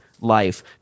life